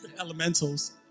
elementals